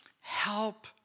Help